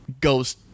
goes